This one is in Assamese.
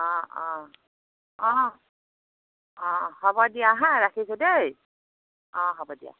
অঁ অঁ অঁ অঁ হ'ব দিয়া হাঁ ৰাখিছোঁ দেই অঁ হ'ব দিয়া